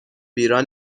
بیراه